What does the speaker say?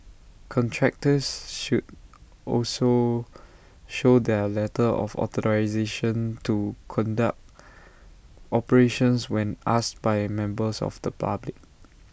contractors should also show their letter of authorisation to conduct operations when asked by members of the public